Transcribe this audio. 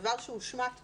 דבר שהושמט פה.